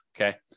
okay